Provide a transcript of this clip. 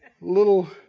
little